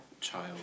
child